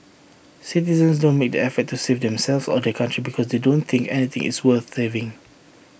citizens don't make the effort to save themselves or their country because they don't think anything is worth saving